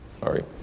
sorry